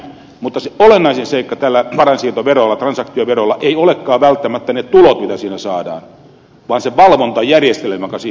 mutta se olennaisin seikka tällä varainsiirtoverolla transaktioverolla ei olekaan välttämättä ne tulot mitä saadaan vaan se valvontajärjestelmä joka siihen syntyy